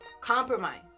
Compromise